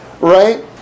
Right